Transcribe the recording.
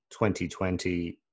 2020